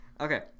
Okay